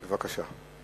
בבקשה.